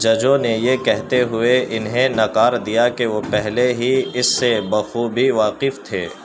ججوں نے یہ کہتے ہو ئے انہیں نکار دیا کہ وہ پہلے ہی اس سے بخوبی واقف تھے